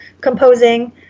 composing